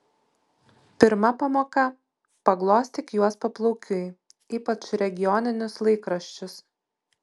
pirma pamoka paglostyk juos paplaukiui ypač regioninius laikraščius